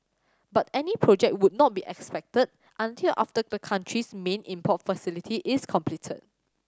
but any project would not be expected until after the country's main import facility is completed